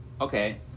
okay